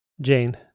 Jane